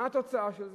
מה התוצאה של זה?